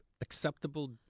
acceptable